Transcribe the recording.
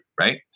right